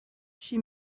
she